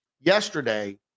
yesterday